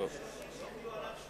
יש ראשים, 8 מיליון שקל.